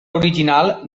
original